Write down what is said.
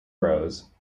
rose